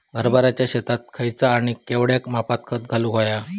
हरभराच्या शेतात खयचा आणि केवढया मापात खत घालुक व्हया?